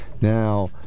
now